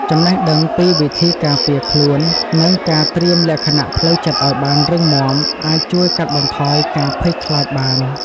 ចំណេះដឹងពីវិធីការពារខ្លួន និងការត្រៀមលក្ខណៈផ្លូវចិត្តឱ្យបានរឹងមាំអាចជួយកាត់បន្ថយការភ័យខ្លាចបាន។